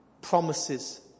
promises